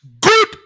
good